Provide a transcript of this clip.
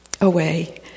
away